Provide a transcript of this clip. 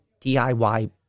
DIY